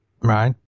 Right